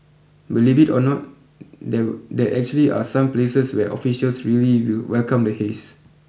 believe it or not there there actually are some places where officials really welcome the haze